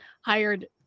hired